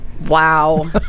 Wow